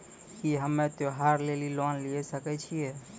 की हम्मय त्योहार लेली लोन लिये सकय छियै?